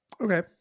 Okay